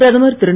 பிரதமர் திரு